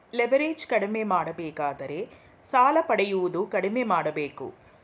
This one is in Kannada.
ಲಿವರ್ಏಜ್ ಕಡಿಮೆ ಮಾಡಬೇಕಾದರೆ ಸಾಲ ಪಡೆಯುವುದು ಕಡಿಮೆ ಮಾಡಬೇಕು